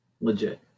legit